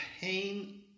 pain